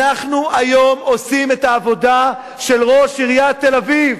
אנחנו היום עושים את העבודה של ראש עיריית תל-אביב.